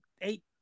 eight